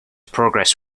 progress